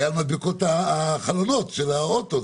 על חלונות האוטו.